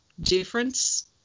difference